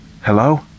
Hello